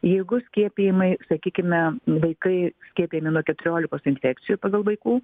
jeigu skiepijimai sakykime vaikai skiepijami nuo keturiolikos infekcijų pagal vaikų